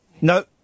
No